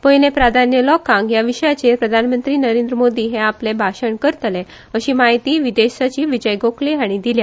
पयले प्रधान्य लोकांक ह्या विशयाचेर प्रधानमंत्री नरेंद्र मोदी हे आपले भाषण करतले अशी म्हायती विदेश सचिव विजय गोखले हांणी दिल्या